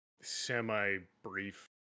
semi-brief